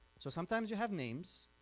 so sometimes you have names,